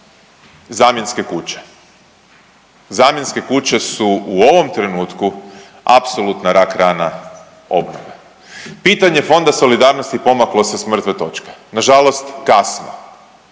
zamjenske kuće. Zamjenske kuće su u ovom trenutku apsolutna rak rana obnove. Pitanje Fonda solidarnosti pomaklo se s mrtve točke, nažalost kasno,